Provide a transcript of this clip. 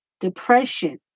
depression